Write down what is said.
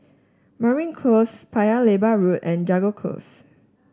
Mariam Close Paya Lebar Road and Jago Close